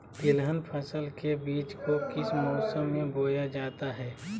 तिलहन फसल के बीज को किस मौसम में बोया जाता है?